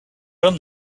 him